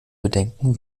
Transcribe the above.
bedenken